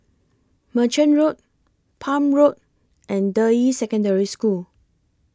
Merchant Road Palm Road and Deyi Secondary School